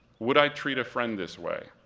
would i treat a friend this way?